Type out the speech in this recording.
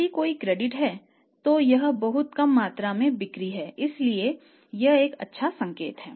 यदि कोई क्रेडिट है तो यह बहुत कम मात्रा में बिक्री है इसलिए यह एक अच्छा संकेत है